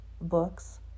books